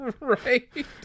Right